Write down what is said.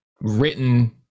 written